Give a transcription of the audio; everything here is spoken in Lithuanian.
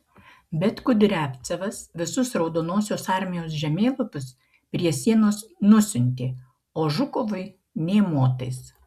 bet kudriavcevas visus raudonosios armijos žemėlapius prie sienos nusiuntė o žukovui nė motais